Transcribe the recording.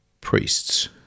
priests